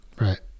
Right